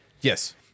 Yes